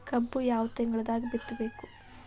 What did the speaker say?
ಕಬ್ಬು ಯಾವ ತಿಂಗಳದಾಗ ಬಿತ್ತಬೇಕು?